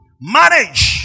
Manage